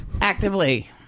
Actively